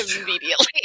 immediately